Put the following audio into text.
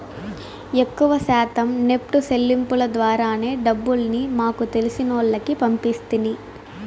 ఎక్కవ శాతం నెప్టు సెల్లింపుల ద్వారానే డబ్బుల్ని మాకు తెలిసినోల్లకి పంపిస్తిని